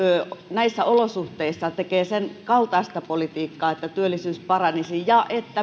näissä olosuhteissa tekee senkaltaista politiikkaa että työllisyys paranisi ja